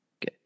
Good